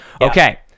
Okay